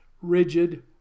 rigid